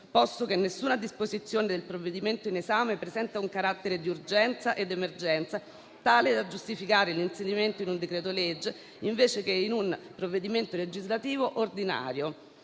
posto che nessuna disposizione del provvedimento presenta un carattere di urgenza ed emergenza tale da giustificare l'inserimento in un decreto-legge invece che in un provvedimento legislativo ordinario